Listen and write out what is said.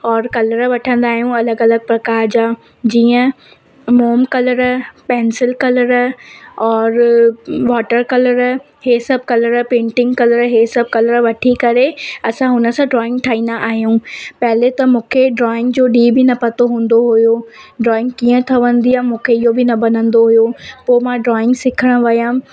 और कलर वठंदा आहियूं अलॻि अलॻि प्रकार जा जीअं मोम कलर पेंसिल कलर और वॉटर कलर इहे सभु कलर पेंटिंग कलर इहे सभु कलर वठी करे असां हुन सां ड्रॉइंग ठाईंदा आयूं पहले त मुखे ड्रॉइंग जो डी बि न पतो हूंदो हुओ ड्रॉइंग कीअं ठवंदी आहे मूंखे इहो बि न भनंदो हुओ पोइ मां ड्रॉइंग सिखणु वियमि